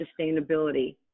sustainability